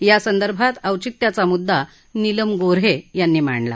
यासंदर्भात औचित्याचा मुद्दा नीलम गोऱ्हे यांनी मांडला